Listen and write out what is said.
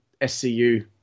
SCU